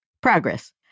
progress